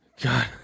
God